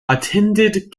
attended